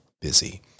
busy